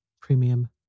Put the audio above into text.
Premium